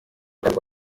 accade